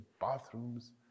bathrooms